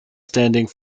standing